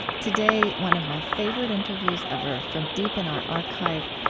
today, one of my favorite interviews ever, from deep in our archive,